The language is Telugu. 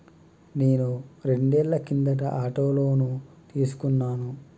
నేను రెండేళ్ల కిందట ఆటో లోను తీసుకున్నాను